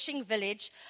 village